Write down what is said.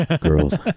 girls